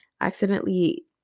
accidentally